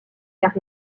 car